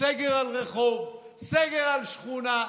סגר על רחוב, סגר על שכונה.